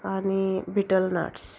आनी betel nuts